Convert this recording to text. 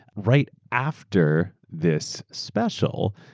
right after this special,